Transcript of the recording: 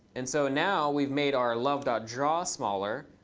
and so now we've made our love draw smaller,